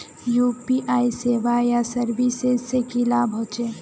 UPI सेवाएँ या services से की लाभ होचे?